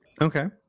Okay